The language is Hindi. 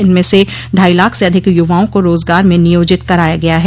इनमें से ढाई लाख से अधिक युवाओं को रोजगार में नियोजित कराया गया है